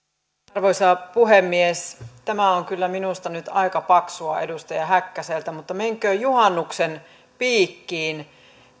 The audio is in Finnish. arvoisa puhemies tämä on kyllä minusta nyt aika paksua edustaja häkkäseltä mutta menköön juhannuksen piikkiin